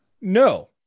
No